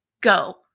go